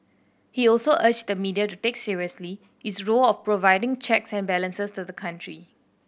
he also urged the media to take seriously its role of providing checks and balances to the country